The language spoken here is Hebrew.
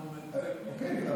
אוקיי,